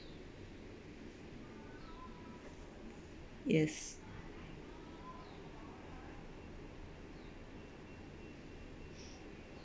yes